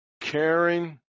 caring